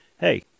Hey